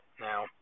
Now